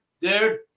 dude